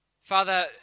Father